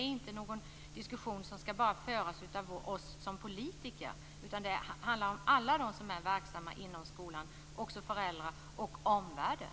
Denna diskussion skall inte bara föras av oss som politiker, utan den gäller alla som är verksamma inom skolan, också föräldrar och omvärlden.